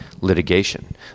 litigation